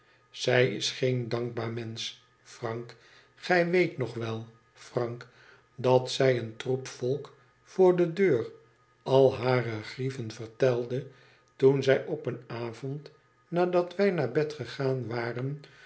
zij is geen dankbaar mensch frank gij weet nog wel frank dat zij een troep volk voor de deur al hare grieven vertelde toen zij op een avond nadat wij naar bed gegaan waren